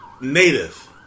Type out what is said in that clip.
native